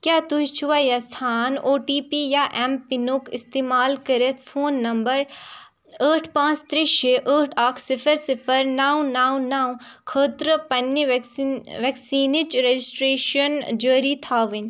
کیٛاہ تُہۍ چھِوا یژھان او ٹی پی یا اٮ۪م پِنُک استعمال کٔرِتھ فون نَمبَر ٲٹھ پانٛژھ ترٛےٚ شےٚ ٲٹھ اَکھ صِفر صِفر نَو نَو نَو خٲطرٕ پنٛنہِ وٮ۪کسِن وٮ۪کسیٖنٕچ رٮ۪جِسٹرٛیشَن جٲری تھاوٕنۍ